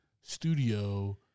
studio